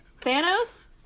Thanos